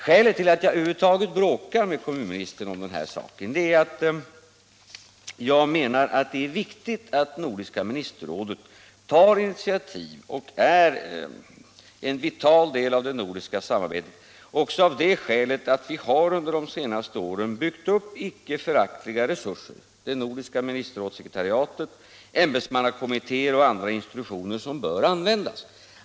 Skälet till att jag över huvud taget bråkar med kommunministern om den här saken är att jag menar att det är viktigt att det nordiska ministerrådet tar initiativ och är en vital del av det nordiska samarbetet. Vi har ju under de senaste åren byggt upp icke föraktliga resurser — det nordiska ministerrådssekretariatet, ämbetsmannakommittéer och andra institutioner — som bör användas.